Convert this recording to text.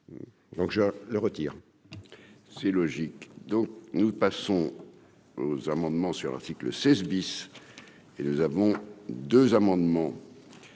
Donc je le retire. C'est logique, donc, nous passons aux amendements sur l'article 16 bis et nous avons 2 amendements.